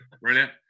Brilliant